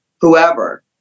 whoever